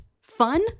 Fun